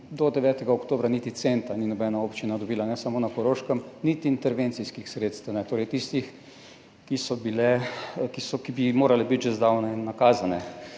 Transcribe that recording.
do 9. oktobra niti centa ni nobena občina dobila, ne samo na Koroškem, niti intervencijskih sredstev ne, torej tistih, ki bi morala biti že zdavnaj nakazane.